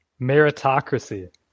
meritocracy